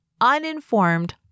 uninformed